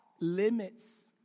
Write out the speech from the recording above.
limits